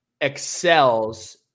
excels